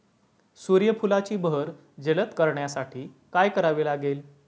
सूर्यफुलाची बहर जलद करण्यासाठी काय करावे लागेल?